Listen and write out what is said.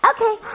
Okay